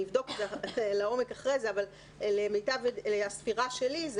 אני אבדוק את זה לעומק אחר כך אבל למיטב הספירה שלי,